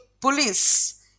police